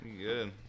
Good